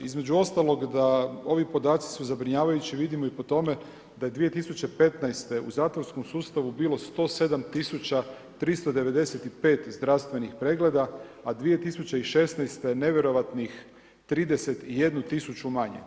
Između ostalog da ovi podaci su zabrinjavajući, vidimo i po tome da je 2015. u zatvorskom sustavu bilo 107395 zdravstvenih pregleda a 2016. nevjerojatno 31000 manje.